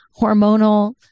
hormonal